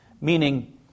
Meaning